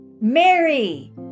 Mary